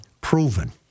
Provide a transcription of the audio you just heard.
proven